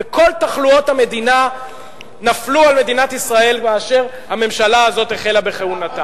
וכל תחלואות המדינה נפלו על מדינת ישראל כאשר הממשלה הזאת החלה בכהונתה.